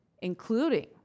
including